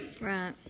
Right